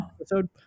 episode